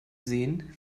sehen